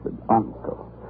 uncle